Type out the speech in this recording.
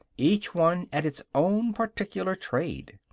each one at its own particular trade.